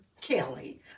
Kelly